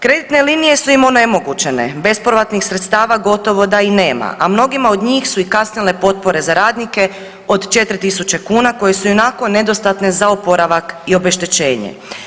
Kreditne linije su im onemogućene, bespovratnih sredstava gotovo da i nema, a mnogima od njih su i kasnile i potpore za radnike od 4.000 kuna koje su ionako nedostatne za oporavak i obeštećenje.